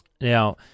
Now